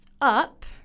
up